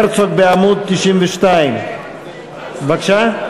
הרצוג, בעמוד 92, בבקשה?